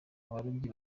abarobyi